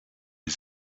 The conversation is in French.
des